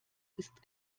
ist